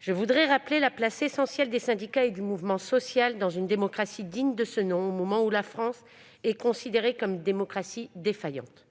Je rappelle la place primordiale des syndicats et du mouvement social dans une démocratie digne de ce nom, au moment où la France est considérée comme une « démocratie défaillante ».